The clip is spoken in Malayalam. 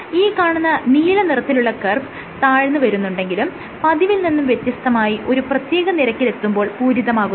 ഈ കാണുന്ന നീല നിറത്തിലുള്ള കർവ് താഴ്ന്ന് വരുന്നുണ്ടെങ്കിലും പതിവിൽ നിന്നും വ്യത്യസ്തമായി ഒരു പ്രത്യേക നിരക്കിലെത്തുമ്പോൾ പൂരിതമാകുന്നുണ്ട്